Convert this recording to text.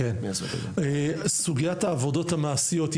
סוגיית העבודות המעשיות,